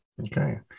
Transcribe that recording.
Okay